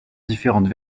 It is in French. différentes